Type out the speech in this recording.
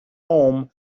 home